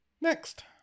Next